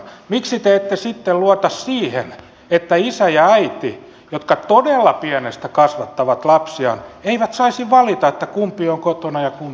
miksi te ette sitten luota siihen että isä ja äiti jotka todella pienestä kasvattavat lapsiaan saisivat valita kumpi on kotona ja kumpi on töissä